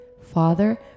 Father